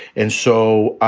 and so